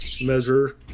measure